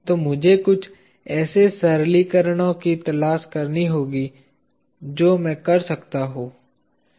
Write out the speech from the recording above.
तो मुझे कुछ ऐसे सरलीकरणों की तलाश करनी चाहिए जो मैं कर सकता हूं